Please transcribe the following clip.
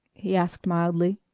he asked mildly.